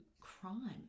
crime